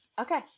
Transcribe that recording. okay